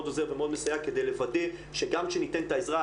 עוזר ומאוד מסייע כדי לוודא שגם כשניתן את העזרה,